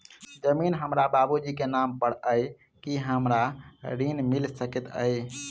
जमीन हमरा बाबूजी केँ नाम पर अई की हमरा ऋण मिल सकैत अई?